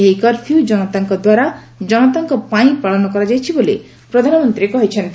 ଏହି କର୍ଫ୍ୟୁ ଜନତାଙ୍କ ଦ୍ୱାରା ଜନତାଙ୍କ ପାଇଁ ପାଳନ କରାଯାଇଛି ବୋଲି ପ୍ରଧାନମନ୍ତ୍ରୀ କହିଚ୍ଛନ୍ତି